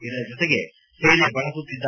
ಇದರ ಜೊತೆಗೆ ಸೇನೆ ಬಳಸುತ್ತಿದ್ದ